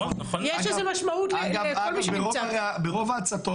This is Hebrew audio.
יש לזה משמעות --- ברוב ההצתות,